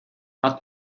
hat